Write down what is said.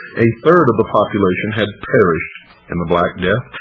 a third of the population had perished in the black death,